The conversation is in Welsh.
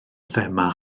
thema